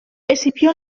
escipió